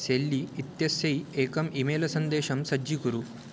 Shelly इत्यस्यै एकम् ईमेलसन्देशं सज्जीकुरु